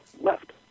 left